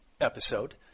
episode